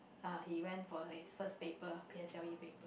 uh he went for his first paper P_S_L_E paper